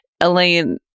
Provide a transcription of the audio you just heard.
Elaine